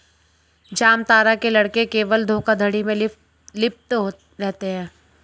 जामतारा के लड़के केवल धोखाधड़ी में लिप्त रहते हैं